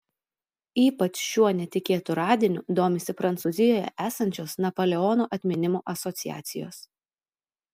ypač šiuo netikėtu radiniu domisi prancūzijoje esančios napoleono atminimo asociacijos